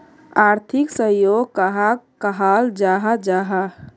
आर्थिक सहयोग कहाक कहाल जाहा जाहा?